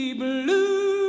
blue